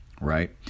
right